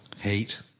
hate